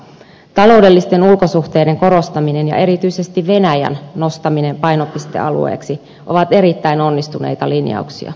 taloudellisten ulkosuhteiden korostaminen ja erityisesti venäjän nostaminen painopistealueeksi ovat erittäin onnistuneita linjauksia